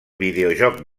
videojoc